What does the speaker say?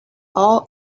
all